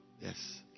yes